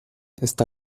está